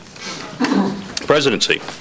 presidency